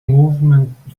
movement